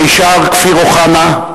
מישר כפיר אוחנה,